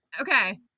okay